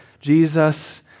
Jesus